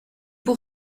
pour